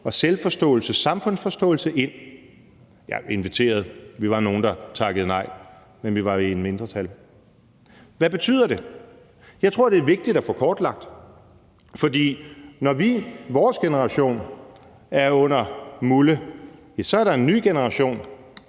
selvforståelse og samfundsforståelse ind? Man kan nok ikke sige »inviteret«, for vi var nogle, der takkede nej, men vi var jo i mindretal. Hvad betyder det? Jeg tror, det er vigtigt at få kortlagt, for når vores generation er under mulde, så er der jo en ny generation,